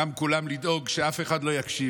גם כולם עשו הכול לדאוג שאף אחד לא יקשיב,